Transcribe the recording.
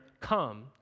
come